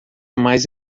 mais